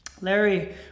Larry